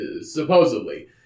supposedly